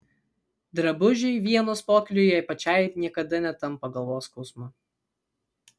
drabužiai vienos pokyliui jai pačiai niekada netampa galvos skausmu